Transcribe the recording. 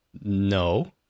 No